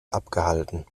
abgehalten